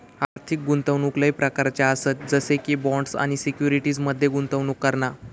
आर्थिक गुंतवणूक लय प्रकारच्ये आसत जसे की बॉण्ड्स आणि सिक्युरिटीज मध्ये गुंतवणूक करणा